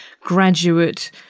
graduate